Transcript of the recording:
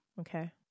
Okay